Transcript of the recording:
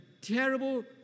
terrible